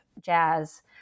jazz